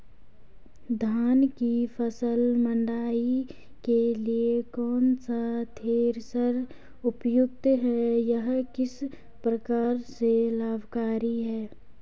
धान की फसल मड़ाई के लिए कौन सा थ्रेशर उपयुक्त है यह किस प्रकार से लाभकारी है?